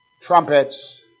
trumpets